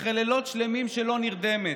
אחרי לילות שלמים שלא נרדמת.